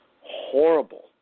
horrible